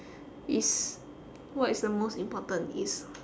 is what is the most important is